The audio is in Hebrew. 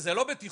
שזה לא בטיחותי,